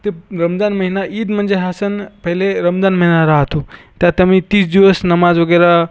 ते रमजान महिना ईद म्हणजे हा सण पहिले रमजान महिना राहतो त्यात आम्ही तीस दिवस नमाज वगैरे